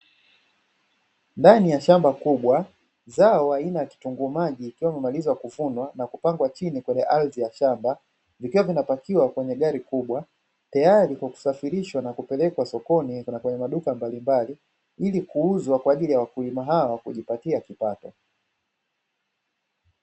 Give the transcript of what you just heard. Ndani ya shamba kubwa, zao aina ya kitunguu maji kikiwa kimemaliza kuvunwa na kupangwa chini kwenye ardhi ya shamba, vikiwa vinapakiwa kwenye gari kubwa tayari kwa kusafirishwa na kupelekwa sokoni na kwenye maduka mbalimbali, ili kuuzwa kwa ajili ya wakulima hao kujipatia kipato.